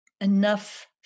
enough